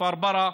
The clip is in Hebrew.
כפר ברא,